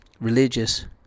religious